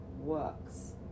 works